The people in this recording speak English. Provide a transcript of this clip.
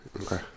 Okay